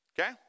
okay